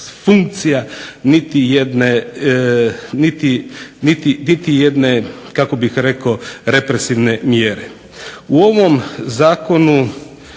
jedne, niti jedne kako bih rekao represivne mjere. U ovom Zakonu